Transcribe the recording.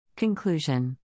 Conclusion